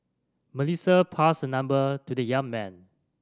Melissa passed her number to the young man